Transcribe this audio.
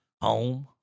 home